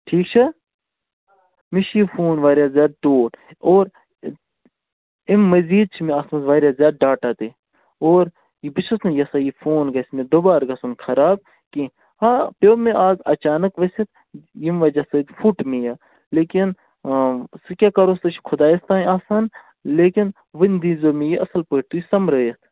ٹھیٖک چھا مےٚ چھُ یہِ فون واریاہ زیادٕ ٹوٹھ اور اَمہِ مزیٖد چھُ مےٚ اَتھ مَنٛز واریاہ زیادٕ ڈاٹا تہِ اور بہٕ چھُس نہٕ یژھان یہِ فون گَژھِ مےٚ دُوبارٕ گَژھُن خراب کیٚنٛہہ ہاں پیٚو مےٚ اَز اچانَک ؤسِتھ ییٚمہِ وجہہ سۭتۍ فُٹ مےٚ یہِ لیکِن آ سُہ کیٛاہ کَرو سُہ چھُ خۄدایس تام آسان لیکِن وۅنۍ دییٖزیٚو مےٚ یہِ اصٕل پٲٹھۍ تُہی سَنٛبٲلِتھ